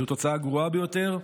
זו תוצאה גרועה ביותר,